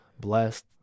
blessed